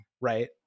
right